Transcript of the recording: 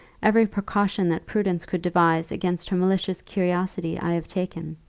every precaution that prudence could devise against her malicious curiosity i have taken.